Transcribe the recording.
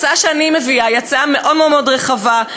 ההצעה שאני מביאה היא הצעה מאוד מאוד מאוד רחבה,